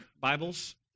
Bibles